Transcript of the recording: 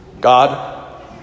God